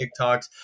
TikToks